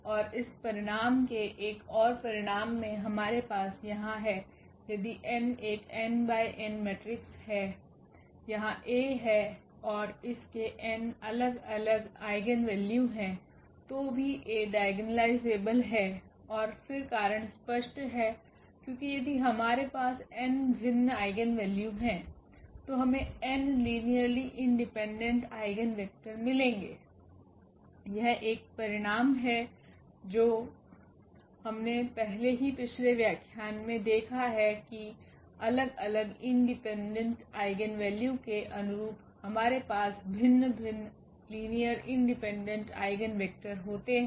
और इस परिणाम के एक और परिणाम में हमारे पास यहाँ हैं यदि n एक 𝑛 × n मेट्रिक्स है यहाँ A है और इसके 𝑛 अलग अलग आइगेन वैल्यू हैं तो भी A डायगोनालायजेबल है और फिर कारण स्पष्ट है क्योंकि यदि हमारे पास n भिन्न आइगेन वैल्यू हैं तो हमे n linearly independent eigen vector मिलेगे यह एक परिणाम है जो हमने पहले ही पिछले व्याख्यान में देखा है कि अलग अलग इंडिपेंडेंट आइगेन वैल्यू के अनुरूप हमारे पास भिन्न भिन्न लीनियर इंडिपेंडेंट आइगेन वेक्टर होते हैं